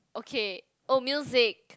okay oh music